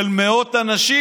של מאות אנשים.